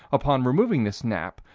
upon removing this nap,